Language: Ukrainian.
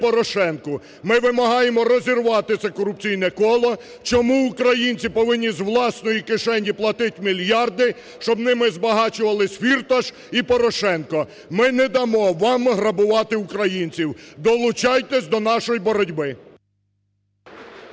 Ми вимагаємо розірвати це корупційне коло. Чому українці повинні з власної кишені платити мільярди, щоб ними збагачувались Фірташ і Порошенко? Ми не дамо вам грабувати українців. Долучайтесь до нашої боротьби.